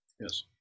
Yes